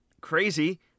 crazy